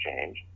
change